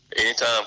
Anytime